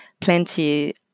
plenty